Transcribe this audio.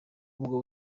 ubwo